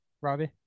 robbie